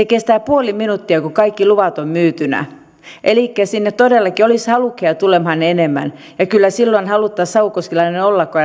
kestää puoli minuuttia kun savukoskelle valtion maille kaikki luvat on myytynä elikkä sinne todellakin olisi halukkaita tulemaan enemmän ja kyllä silloin haluttaisiin savukoskelainen olla kun